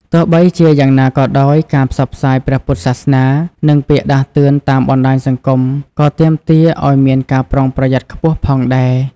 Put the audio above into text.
ទោះបីជាយ៉ាងណាក៏ដោយ ការផ្សព្វផ្សាយព្រះពុទ្ធសាសនា និងពាក្យដាស់តឿនតាមបណ្តាញសង្គមក៏ទាមទារឱ្យមានការប្រុងប្រយ័ត្នខ្ពស់ផងដែរ។